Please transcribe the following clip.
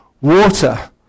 water